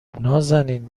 نازنین